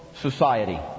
society